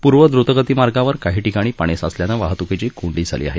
पूर्वद्रतगती मार्गावर काही ठिकाणी पाणी साचल्यानं वाहत्कीची कोंडी झाली आहे